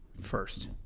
first